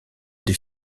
des